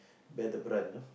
bear the brunt you know